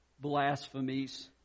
blasphemies